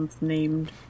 named